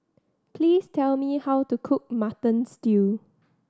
please tell me how to cook Mutton Stew